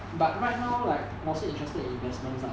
but right now like 我是 interested in investment lah